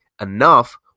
enough